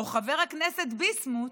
או חבר הכנסת ביסמוט,